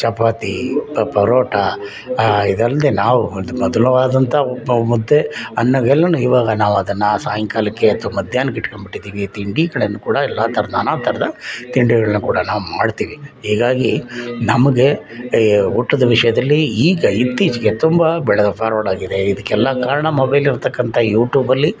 ಚಪಾತಿ ಪರೋಟ ಇದಲ್ಲದೇ ನಾವು ಒಂದು ಮಧುರವಾದಂಥ ಮುದ್ದೆ ಅನ್ನ ಎಲ್ಲವೂ ಈವಾಗ ನಾವು ಅದನ್ನ ಸಾಯಂಕಾಲಕ್ಕೆ ಅಥ್ವಾ ಮಧ್ಯಾಹ್ನಕ್ಕೆ ಇಡ್ಕೊಂಡ್ಬಿಟ್ಟಿದ್ದೀವಿ ತಿಂಡಿ ಕಡೆಯೂ ಕೂಡ ಎಲ್ಲ ಥರ ನಾನಾ ಥರದ ತಿಂಡಿಗಳನ್ನ ಕೂಡ ನಾವು ಮಾಡ್ತೀವಿ ಈಗಾಗಿ ನಮ್ಗೆ ಈ ಊಟದ ವಿಷಯದಲ್ಲಿ ಈಗ ಇತ್ತೀಚೆಗೆ ತುಂಬ ಬೆಳೆದ ಫಾರ್ವರ್ಡ್ ಆಗಿದೆ ಇದಕ್ಕೆಲ್ಲ ಕಾರಣ ಮೊಬೈಲ್ ಇರತಕ್ಕಂಥ ಯೂಟ್ಯೂಬಲ್ಲಿ